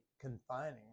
confining